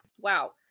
wow